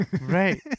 Right